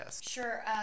sure